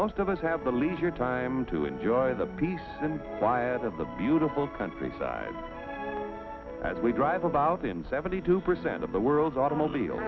most of us have the leisure time to enjoy the peace and quiet of the beautiful countryside that we drive about in seventy two percent of the world's automobile